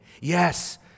Yes